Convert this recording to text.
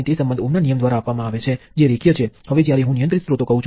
જેના પરિણામે પ્રવાહ GVx એ n3 થી n4ની તરફ વહે છે